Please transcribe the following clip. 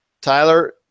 tyler